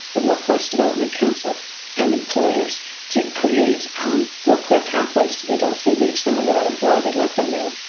the workforce development council and employers to create real, clear, pathways to the adults. they reach them when they're unemployed, they let them know.